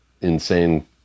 insane